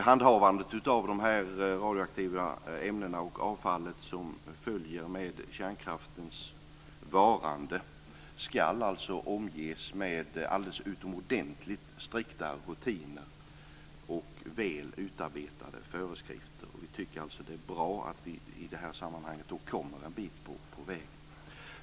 Handhavandet av de radioaktiva ämnena och det avfall som följer med kärnkraftens varande ska alltså omges med alldeles utomordentligt strikta rutiner och väl utarbetade föreskrifter. Vi tycker alltså att det är bra att vi i det avseendet kommer en bit på vägen.